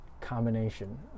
combination